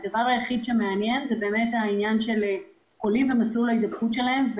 הדבר היחיד שמעניין זה החולים ומסלול ההידבקות שלהם,